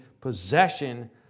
possession